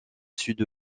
sud